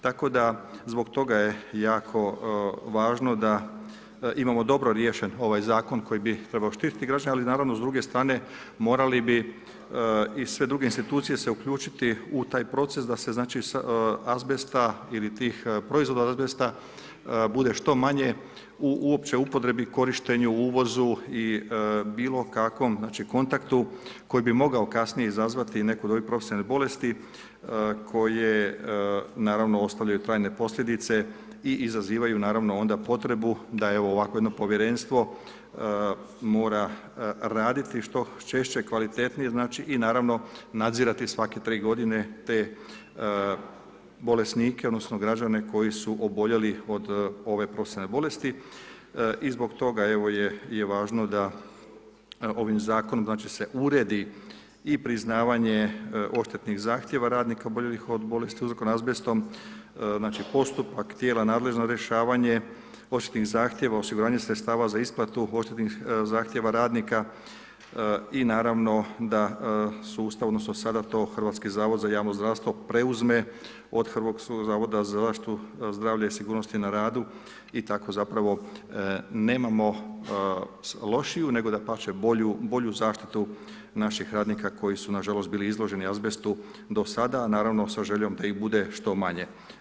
Tako da zbog toga je jako važno da imamo riješen ovaj zakon koji bi trebao štititi građane ali naravno s druge strane morale bi i sve druge institucije se uključiti u taj proces da se s azbesta ili tih proizvoda azbesta bude što manje uopće u upotrebi, korištenju, uvozu ili bilokakvom kontaktu koji bi mogao kasnije izazvati neku od ovih profesionalnih bolesti koje naravno ostavljaju trajne posljedice i izazivaju naravno onda potrebu da i ovakvo jedno povjerenstvo mora raditi što češće, kvalitetnije, znači i naravno nadzirati svake 3 g. te bolesnike odnosno građane koji su oboljeli od ove posebne bolesti i zbog toga evo je važno da se ovim zakonom uredi i priznavanje odštetnih zahtjeva radnika oboljelih od bolesti uzrokovanih azbestom, znači postupak tijela nadležna za rješavanje, početnih zahtjeva osiguranja sredstava za isplatu, odštetnih zahtjeva radnika i naravno da sustav odnosno sada to HZJZ preuzme od Hrvatskog zavoda za zaštitu zdravlja i sigurnosti na radu i tako zapravo nemamo lošiju nego dapače bolju zaštitu napih radnika koji su nažalost bili izloženi azbestu do sada a naravno sa željom da ih bude što manje.